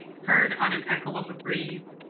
heard on an echo of a breeze,